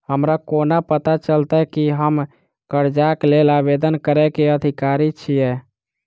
हमरा कोना पता चलतै की हम करजाक लेल आवेदन करै केँ अधिकारी छियै?